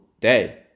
day